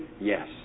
Yes